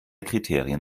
kriterien